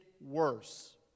worse